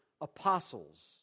apostles